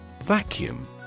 Vacuum